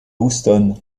houston